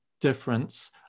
difference